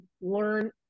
learn